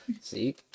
See